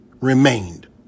remained